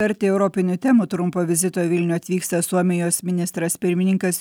arti europinių temų trumpo vizito vilniuje atvyksta suomijos ministras pirmininkas